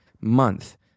month